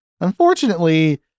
Unfortunately